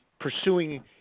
pursuing